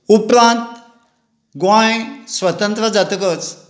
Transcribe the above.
उपरांत गोंय स्वतंत्र जातकच